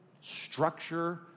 structure